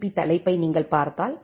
B தலைப்பை நீங்கள் பார்த்தால் ஆம் டி